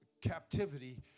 captivity